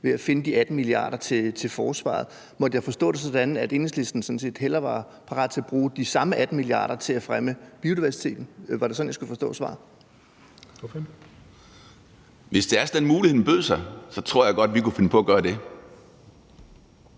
ved at finde de 18 mia. kr. til forsvaret. Måtte jeg forstå det sådan, at Enhedslisten sådan set hellere var parat til at bruge de samme 18 mia. kr. til at fremme biodiversiteten? Var det sådan, jeg skulle forstå svaret? Kl. 12:22 Den fg. formand (Jens Henrik Thulesen Dahl): Ordføreren.